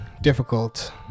difficult